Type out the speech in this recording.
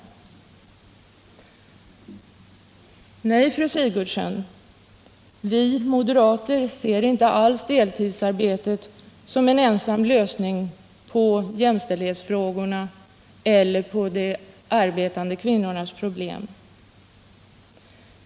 Nej, fru Sigurdsen, vi moderater ser inte alls deltidsarbetet som den enda lösningen på jämställdhetsfrågorna eller på de arbetande kvinnornas problem.